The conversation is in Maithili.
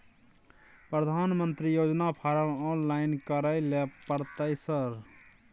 प्रधानमंत्री योजना फारम ऑनलाइन करैले परतै सर?